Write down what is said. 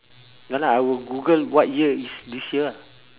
ya lah I will google what year is this year ah